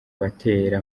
batera